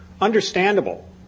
Understandable